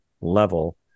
level